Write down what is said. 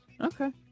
Okay